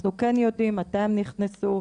אנחנו כן יודעים מתי הם נכנסו,